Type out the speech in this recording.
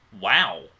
Wow